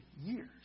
years